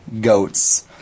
Goats